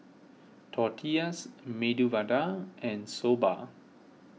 Tortillas Medu Vada and Soba